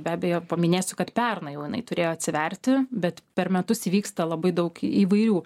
be abejo paminėsiu kad pernai jau jinai turėjo atsiverti bet per metus įvyksta labai daug įvairių